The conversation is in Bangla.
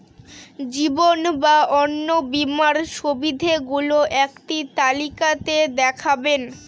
জীবন বা অন্ন বীমার সুবিধে গুলো একটি তালিকা তে দেখাবেন?